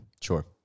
Sure